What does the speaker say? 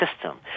system